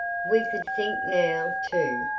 we could think now, too,